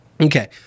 Okay